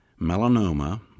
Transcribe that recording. Melanoma